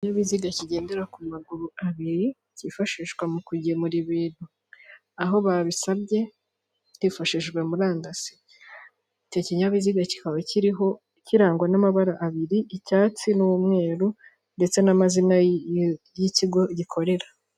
Ikinyabiziga kigendera ku maguru abiri kifashishwa mu kugemura ibintu aho babisabye, hifashishijwe murandasi. Icyo kinyabiziga kikaba kirangwa n'amabara abiri icyatsi n'umweru ndetse n'amazina y'ikigo gikorera.